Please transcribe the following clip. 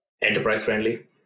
enterprise-friendly